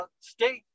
state